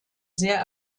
sehr